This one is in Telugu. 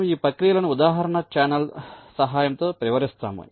మనము ఈ ప్రక్రియలను ఉదాహరణ ఛానల్ సహాయంతో వివరిస్తాము